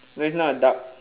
no it's not a duck